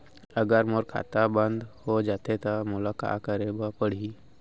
अगर मोर खाता बन्द हो जाथे त मोला का करे बार पड़हि?